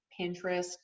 Pinterest